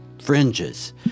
fringes